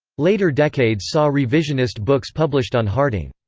later decades saw revisionist books published on harding.